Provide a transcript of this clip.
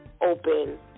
open